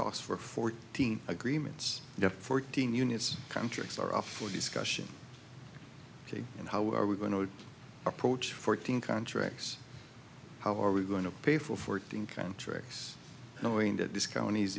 talks for fourteen agreements fourteen units contracts are up for discussion ok and how are we going to approach fourteen contracts how are we going to pay for fourteen contracts knowing that this count